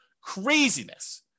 Craziness